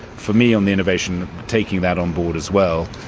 for me, on the innovation, taking that on board as well,